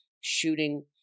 shooting